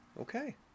Okay